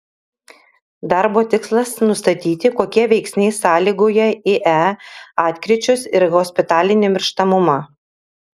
darbo tikslas nustatyti kokie veiksniai sąlygoja ie atkryčius ir hospitalinį mirštamumą